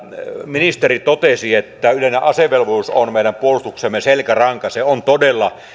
ministeri totesi että yleinen asevelvollisuus on meidän puolustuksemme selkäranka se on todella